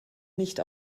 nicht